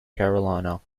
carolina